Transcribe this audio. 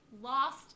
lost